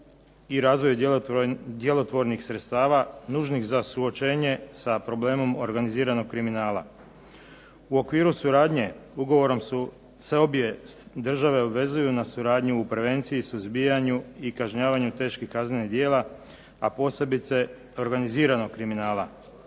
i razvoju djelotvornih sredstava nužnih za suočenje sa problemom organiziranog kriminala. U okviru suradnje ugovor se obje države obvezuju na suradnju u prevenciji, suzbijanju i kažnjavanju teških kaznenih djela, a posebice organiziranog kriminala,